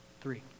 Three